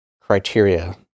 criteria